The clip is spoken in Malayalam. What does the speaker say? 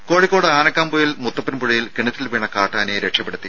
രംഭ കോഴിക്കോട് ആനക്കാംപൊയിൽ മുത്തപ്പൻപുഴയിൽ കിണറ്റിൽ വീണ കാട്ടാനയെ രക്ഷപ്പെടുത്തി